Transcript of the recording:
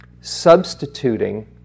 substituting